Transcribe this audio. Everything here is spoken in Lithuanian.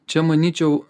čia manyčiau